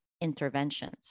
interventions